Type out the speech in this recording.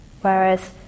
Whereas